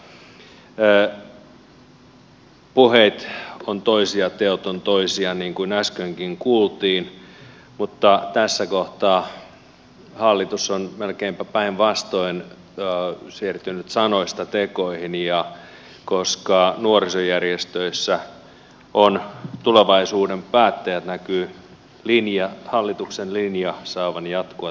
puheet ovat toisia teot ovat toisia niin kuin äskenkin kuultiin mutta tässä kohtaa hallitus on melkeinpä päinvastoin siirtynyt sanoista tekoihin ja koska nuorisojärjestöissä on tulevaisuuden päättäjät näkyy hallituksen linja saavan jatkoa